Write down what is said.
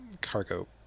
cargo